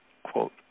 quote